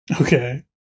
okay